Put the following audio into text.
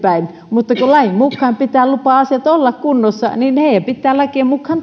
kun lain mukaan pitää lupa asioiden olla kunnossa niin heidän pitää lakien mukaan